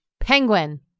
Penguin